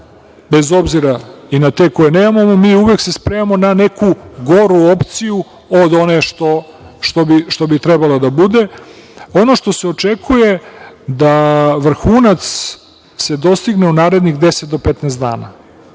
bez obzira i na te koje nemamo, mi se uvek spremamo na neku goru opciju od one što bi trebala da bude. Ono što se očekuje da vrhunac se dostigne u narednih 10 do 15 dana.